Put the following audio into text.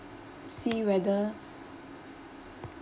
see whether